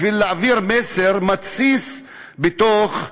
בשביל להעביר מסר מתסיס בתוך העם,